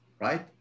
right